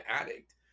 addict